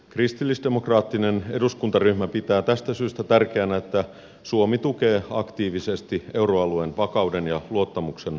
kristillisdemokraattinen eduskuntaryhmä pitää tästä syystä tärkeänä että suomi tukee aktiivisesti euroalueen vakauden ja luottamuksen vahvistumista